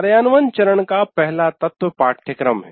कार्यान्वयन चरण का पहला तत्व पाठ्यक्रम है